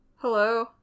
hello